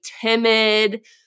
timid